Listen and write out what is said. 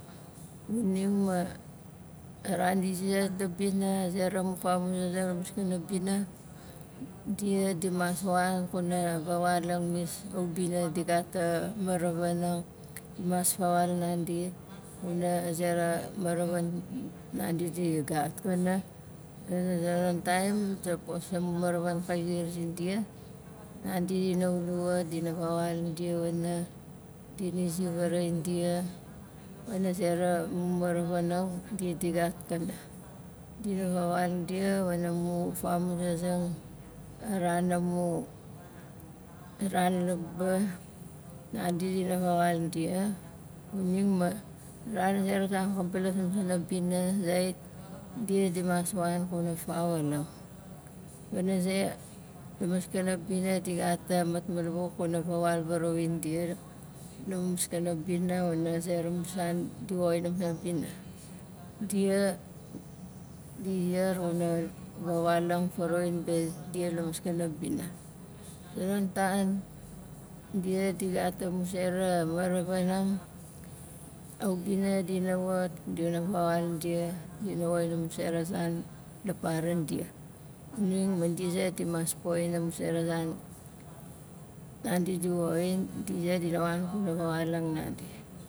Nim arindi zit ra bina a zera vamuzing la maskana bina dia di mas wan kuna vawaulang nis a ubina di gat maravanang mas fawaal nandi kuna zera maravan nandi di gat pana a- a- a zonon taim tapos amu maravan kai zi zindia handi dina wule wat dina vawaul dia wana dina zi vaaraxai dia pana zera mu maravanang dia di gat pana dina vawaul dia wana mu famuzazang a ran amu ran laba nandi dina vawaul dia xuning ma a zera zan ka balas la xuna bina zait dia di mas wan kuna fawaulang pana ze la maskana bina di gat a matmalabuk kuna vawaul varauwing dia la maskana bina wana zera ra mu san di woxin la musan la bina dia di ziar xuna vawaulang varawauing be ze- dia la maskana bina a zonon tan dia di gat amu zera maravanang a ubina dina wat dina vawaul dia dina woxin amut zera zan la paran dia xuning ma di zait dina mas poxin amu sera zan nandi di woxin di zait dina wan kuna vawaulang nandi